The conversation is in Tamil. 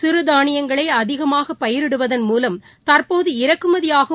சிறுதானியங்களைஅதிகமாகபயிரிடுவதன் மூலம் தற்போது இறக்குமதிஆகும்